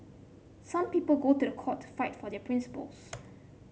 some people go to the court to fight for their principles